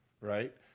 right